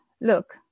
look